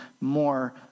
more